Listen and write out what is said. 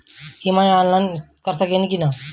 EMI online कर सकेनी की ना?